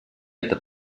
это